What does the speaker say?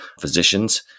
physicians